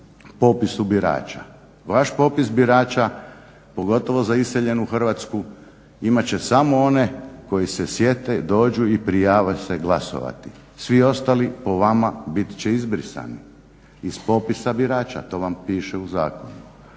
popisu birača. Vaš popis birača pogotovo za iseljenu Hrvatsku imat će samo one koji se sjete, dođu i prijave se glasovati. Svi ostali po vama bit će izbrisani iz popisa birača to vam piše u zakonu,